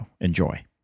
Enjoy